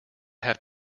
have